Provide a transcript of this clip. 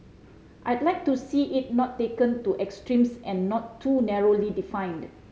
I'd like to see it not taken to extremes and not too narrowly defined